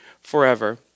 forever